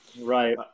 Right